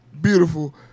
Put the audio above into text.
Beautiful